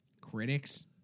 Critics